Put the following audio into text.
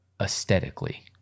aesthetically